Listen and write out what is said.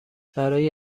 برای